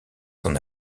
son